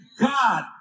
God